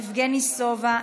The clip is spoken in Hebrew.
יבגני סובה,